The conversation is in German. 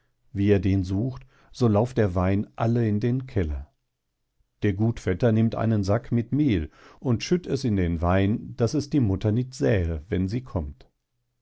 wie er den sucht so lauft der wein alle in den keller der gut vetter nimmt einen sack mit mehl und schütt es in den wein daß es die mutter nit sähe wenn sie kommt